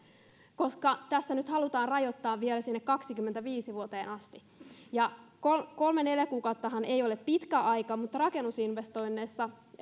koska tässä nyt halutaan rajoittaa vielä sinne vuoteen kaksikymmentäviisi asti kolmen viiva neljän kuukauttahan ei ole pitkä aika mutta rakennusinvestoinneissa